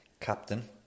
captain